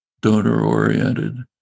donor-oriented